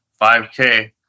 5K